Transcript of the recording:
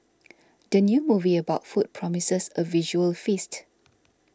the new movie about food promises a visual feast